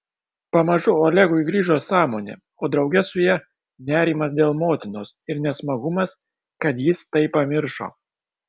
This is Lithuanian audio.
pamažu olegui grįžo sąmonė o drauge su ja nerimas dėl motinos ir nesmagumas kad jis tai pamiršo